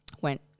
went